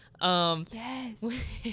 Yes